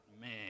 man